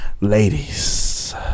Ladies